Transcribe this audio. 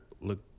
look